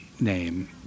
name